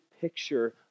picture